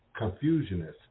confusionist